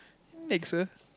takes a